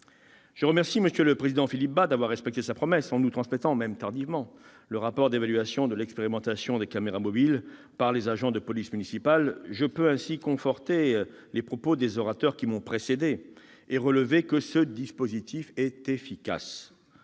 Je remercie M. le président de la commission des lois d'avoir respecté sa promesse en nous transmettant, même tardivement, le rapport d'évaluation de l'expérimentation des caméras mobiles par les agents de police municipale. Je peux ainsi conforter les propos des orateurs qui m'ont précédé et relever que ce dispositif est efficace.